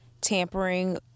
tampering